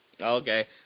Okay